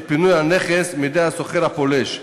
את פינוי הנכס מידי השוכר הפולש.